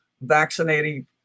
vaccinating